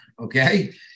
okay